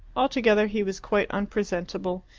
altogether, he was quite unpresentable,